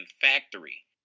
factory